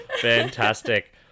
Fantastic